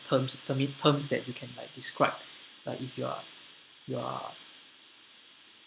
terms the mean terms that you can like describe like if you are you are